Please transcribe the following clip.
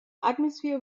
atmosphere